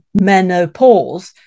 menopause